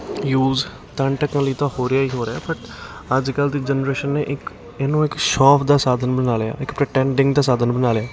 use ਤਨ ਢਕਣ ਲਈ ਤਾਂ ਹੋ ਰਿਹਾ ਹੀ ਹੋ ਰਿਹਾ ਬਟ ਅੱਜ ਕੱਲ੍ਹ ਦੀ ਜਨਰੇਸ਼ਨ ਨੇ ਇੱਕ ਇਹਨੂੰ ਇੱਕ ਸ਼ੌਂਕ ਦਾ ਸਾਧਨ ਬਣਾ ਲਿਆ ਇੱਕ ਪਰਟੈਂਡਿੰਗ ਦਾ ਸਾਧਨ ਬਣਾ ਲਿਆ